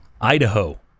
idaho